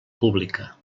pública